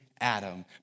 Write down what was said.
Adam